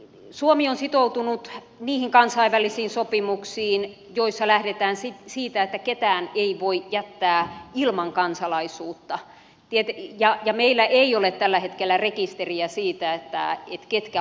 suomi on sitoutunut niihin kansainvälisiin sopimuksiin joissa lähdetään siitä että ketään ei voi jättää ilman kansalaisuutta ja meillä ei ole tällä hetkellä rekisteriä siitä ketkä ovat kaksoiskansalaisia